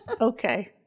okay